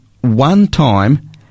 one-time